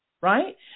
right